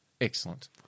Excellent